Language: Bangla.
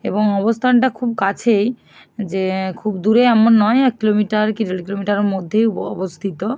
এবং অবস্থানটা খুব কাছেই যে খুব দূরে এমন নয় এক কিলোমিটার কি দেড় কিলোমিটারের মধ্যেই অবস্থিত